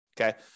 Okay